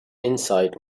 insight